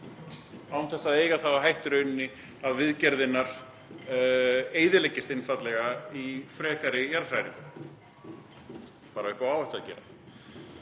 án þess að eiga það á hættu í rauninni að viðgerðirnar eyðileggist einfaldlega í frekari jarðhræringum, bara upp á áhættu að gera.